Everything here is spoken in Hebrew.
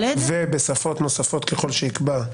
ובשפות נוספות ככל שיקבע.